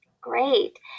Great